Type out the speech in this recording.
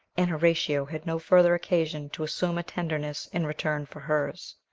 and horatio had no further occasion to assume a tenderness in return for hers.